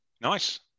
Nice